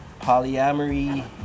polyamory